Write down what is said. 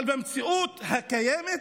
אבל במציאות הקיימת,